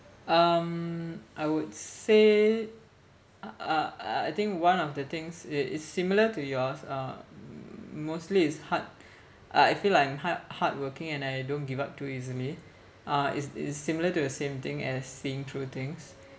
um I would say uh uh uh I think one of the things it is similar to yours uh mostly it's hard I feel like I'm hard hardworking and I don't give up too easily uh it's it's similar to the same thing as seeing through things